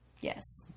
Yes